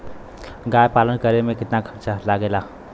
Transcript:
गाय पालन करे में कितना खर्चा लगेला?